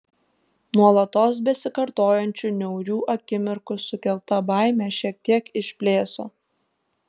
nuolatos besikartojančių niaurių akimirkų sukelta baimė šiek tiek išblėso